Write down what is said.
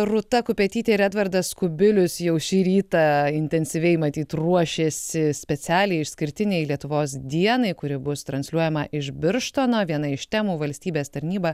rūta kupetytė ir edvardas kubilius jau šį rytą intensyviai matyt ruošiasi specialiai išskirtinei lietuvos dienai kuri bus transliuojama iš birštono viena iš temų valstybės tarnyba